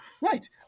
Right